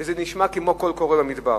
וזה נשמע כמו קול קורא במדבר.